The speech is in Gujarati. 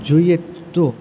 જોઈએ તો